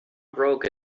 broke